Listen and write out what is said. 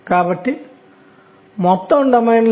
కాబట్టి ఇది మొదటి వాస్తవం